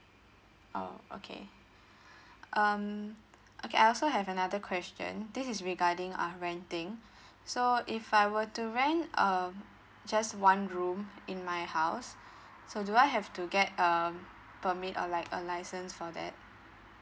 orh okay um okay I also have another question this is regarding um renting so if I were to rent um just one room in my house so do I have to get um permit uh a licen~ a license for that